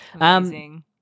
Amazing